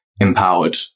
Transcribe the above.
empowered